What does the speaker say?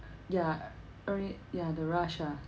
ya uh uh ri~ ya the rush ah